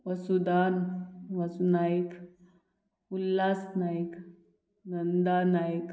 Vasudan Vasunayak Ulhas Nayak Nanda Naik